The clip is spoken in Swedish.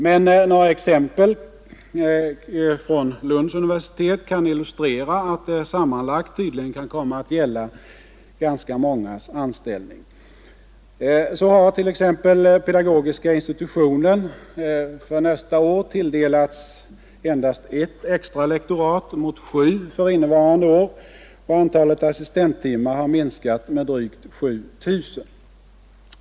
Men några exempel från Lunds universitet kan illustrera att det sammanlagt tydligen kan komma att gälla ganska mångas anställning. Så har t.ex. pedagogiska institutionen för nästa år tilldelats endast ett extra lektorat mot sju för innevarande år, och antalet assistenttimmar har minskat med drygt 7 000.